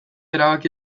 erabaki